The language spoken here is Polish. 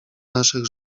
naszych